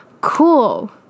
cool